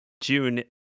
June